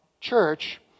church